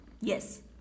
Yes